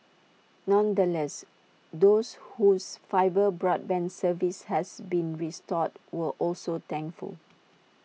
nonetheless those whose fibre broadband service has been restored were also thankful